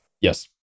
Yes